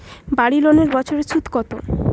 বাড়ি লোনের বছরে সুদ কত?